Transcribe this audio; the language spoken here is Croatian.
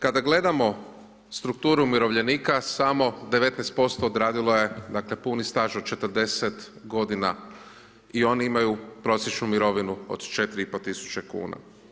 Kada gledamo strukturu umirovljenika, samo 19% odradilo je puni staž od 40 godina i oni imaju prosječnu mirovinu od 4500 kuna.